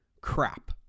crap